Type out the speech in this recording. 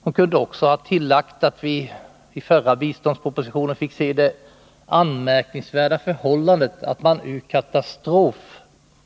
Hon kunde ha tillagt att vi i den förra biståndspropositionen kunde notera det anmärkningsvärda förhållandet att man